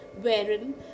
wherein